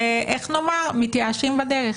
ומתייאשים בדרך.